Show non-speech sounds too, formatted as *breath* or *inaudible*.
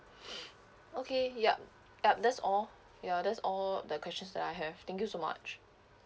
*breath* okay yup yup that's all ya that's all the questions that I have thank you so much